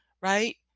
right